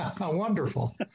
Wonderful